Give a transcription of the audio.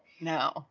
no